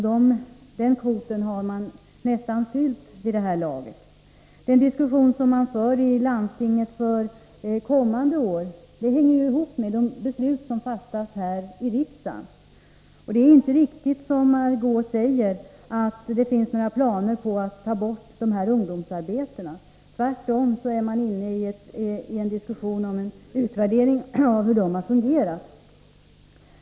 Den kvoten har man nästan fyllt vid det här laget. Den diskussion som man för i landstinget för kommande år hänger ihop med de beslut som fattas här i riksdagen. Det är inte riktigt, som Margö Ingvardsson säger, att det finns planer på att ta bort dessa ungdomsarbeten. Tvärtom är man inne i en diskussion om en utvärdering av hur de har fungerat.